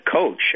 coach